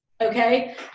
Okay